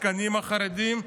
העסקנים החרדים,